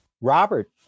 Robert